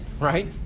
right